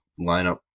lineup